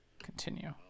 continue